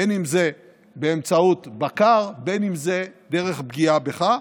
בין אם זה באמצעות בקר, בין אם זה דרך פגיעה בך.